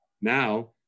Now